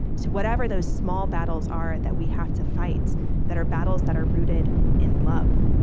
so whatever those small battles are that we have to fight that are battles that are rooted in love,